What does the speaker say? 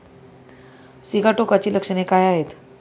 सिगाटोकाची लक्षणे काय आहेत?